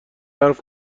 حرف